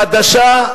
חדשה,